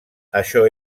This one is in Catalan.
això